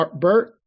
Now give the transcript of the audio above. Bert